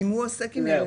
אם הוא עוסק עם ילדים,